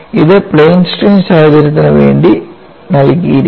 ഇത് plane strain സാഹചര്യത്തിന് വേണ്ടി നൽകിയിരിക്കുന്നു